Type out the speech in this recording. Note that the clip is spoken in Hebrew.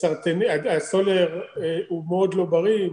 הסולר הוא מאוד לא בריא,